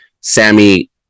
Sammy